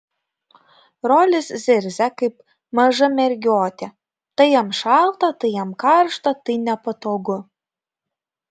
rolis zirzia kaip maža mergiotė tai jam šalta tai jam karšta tai nepatogu